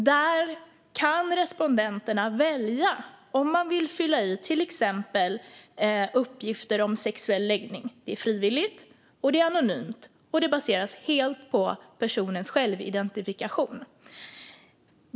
Där kan respondenterna välja om de vill fylla i till exempel uppgifter om sexuell läggning. Det är frivilligt och anonymt. Och det baseras helt på personens självidentifikation.